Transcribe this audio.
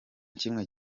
kimwe